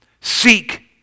Seek